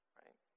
right